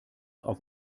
auf